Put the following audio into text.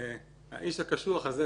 האיש הקשוח הזה,